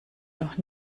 noch